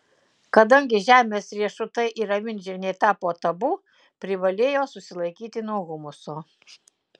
kadangi žemės riešutai ir avinžirniai tapo tabu privalėjo susilaikyti nuo humuso